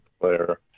player